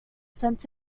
sent